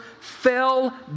fell